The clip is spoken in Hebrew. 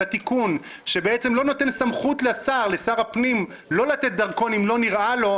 את התיקון שבעצם לא נותן סמכות לשר הפנים לא לתת דרכון אם לא נראה לו,